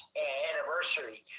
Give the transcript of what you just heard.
anniversary